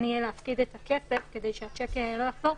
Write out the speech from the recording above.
יהיה להפקיד את הכסף כדי שהשיק לא יחזור,